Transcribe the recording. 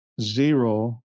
zero